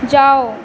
जाउ